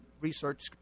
research